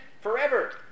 forever